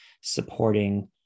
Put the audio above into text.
supporting